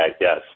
yes